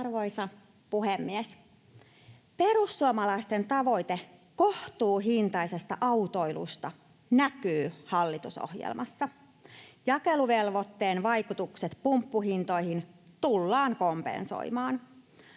Arvoisa puhemies! Perussuomalaisten tavoite kohtuuhintaisesta autoilusta näkyy hallitusohjelmassa. Jakeluvelvoitteen vaikutukset pumppuhintoihin tullaan kompensoimaan.